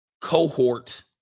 cohort